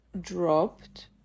dropped